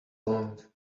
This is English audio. long